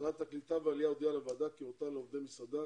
שרת הקליטה והעלייה הודיעה לוועדה כי הורתה לעובדי משרדה